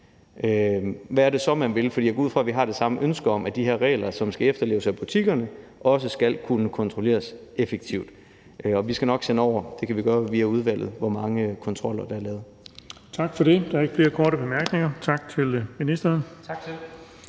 Hvad er det så, man vil? For jeg går ud fra, at vi har det samme ønske om, at de her regler, som skal efterleves af butikkerne, også skal kunne kontrolleres effektivt. Og vi skal nok sende tallet for – det kan vi gøre via udvalget – hvor mange kontroller der er lavet. Kl. 17:18 Den fg. formand (Erling Bonnesen): Tak for det. Der er ikke flere korte bemærkninger. Tak til ministeren. Så går vi